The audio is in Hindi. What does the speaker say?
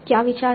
क्या विचार है